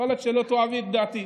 יכול להיות שלא תאהבי את דעתי.